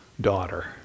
daughter